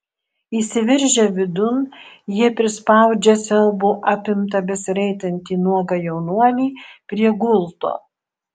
įsiveržę vidun jie prispaudžia siaubo apimtą besiraitantį nuogą jaunuolį prie gulto